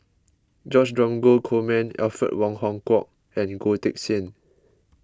George Dromgold Coleman Alfred Wong Hong Kwok and Goh Teck Sian